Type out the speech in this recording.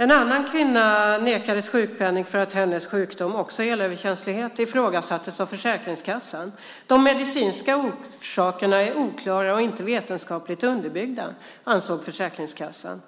En annan kvinna har nekats sjukpenning därför att hennes sjukdom, också elöverkänslighet, har ifrågasatts av Försäkringskassan. De medicinska orsakerna är oklara och inte vetenskapligt underbyggda, anser Försäkringskassan.